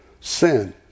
sin